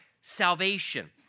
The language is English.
salvation